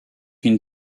une